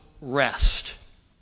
rest